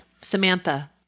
Samantha